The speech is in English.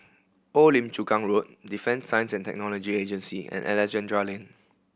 Old Lim Chu Kang Road Defence Science And Technology Agency and Alexandra Lane